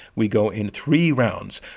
we go in three rounds.